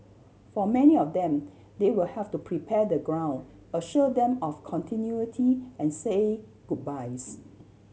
for many of them they will have to prepare the ground assure them of continuity and say goodbyes